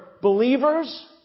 believers